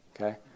okay